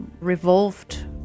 revolved